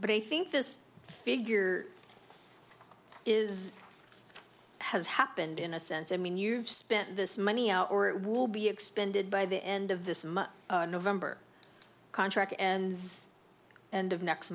but i think this figure is has happened in a sense i mean you've spent this money or will be expended by the end of this month november contract ends and of next